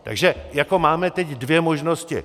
Takže jako máme teď dvě možnosti.